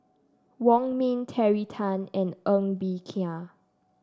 Wong Ming Terry Tan and Ng Bee Kia